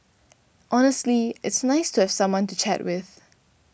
honestly it's nice to have someone to chat with